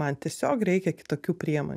man tiesiog reikia kitokių priemonių